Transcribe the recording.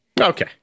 Okay